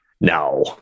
No